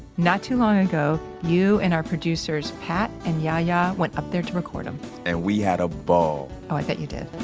not too long ago, you and our producers pat and yahya went up there to record em and we had a ball oh, i bet you did